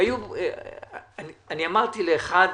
אמרתי לאחד